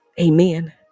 amen